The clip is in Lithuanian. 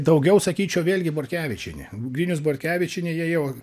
daugiau sakyčiau vėlgi bortkevičienė grinius bortkevičienė jie jau